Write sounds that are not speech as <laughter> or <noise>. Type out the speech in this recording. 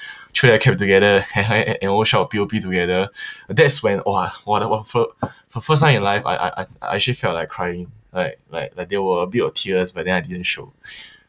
<breath> throw their cap together a~ a~ a~ and all shout P_O_P together <breath> that's when !wah! !walao! ah fir~ for first time in life I I I I actually felt like crying like like there were a bit of tears but then I didn't show <breath>